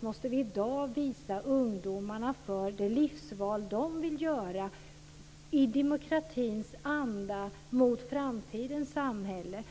måste vi i dag visa ungdomarna för de livsval de vill göra i demokratins anda mot framtidens samhälle.